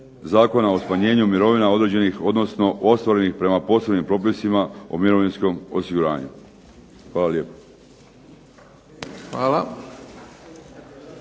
Zakona o smanjenju mirovina određenih, odnosno ostvarenih prema posebnim propisima o mirovinskom osiguranju. Hvala lijepo.